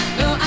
no